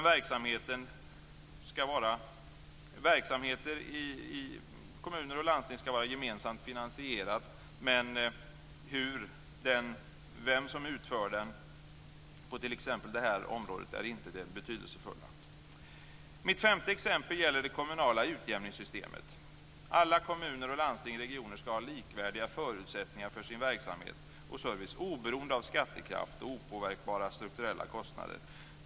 Verksamheten i kommuner och landsting ska vara gemensamt finansierad, men vem som utför den på det här området är inte det betydelsefulla. Mitt femte exempel gäller det kommunala utjämningssystemet. Alla kommuner och landsting/regioner ska ha likvärdiga förutsättningar för sin verksamhet och service, oberoende av skattekraft och opåverkbara strukturella kostnader.